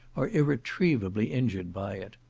are irretrievably injured by it.